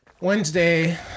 Wednesday